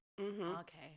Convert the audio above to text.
okay